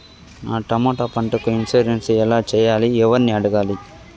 నా టమోటా పంటకు ఇన్సూరెన్సు ఎలా చెయ్యాలి? ఎవర్ని అడగాలి?